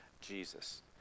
Jesus